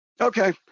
Okay